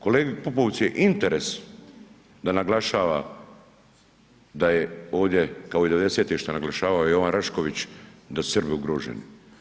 Kolegi Pupovcu je interes da naglašava da je ovdje, kao i 90-e što je naglašavao Jovan Rašković da su Srbi ugroženi.